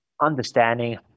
understanding